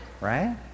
Right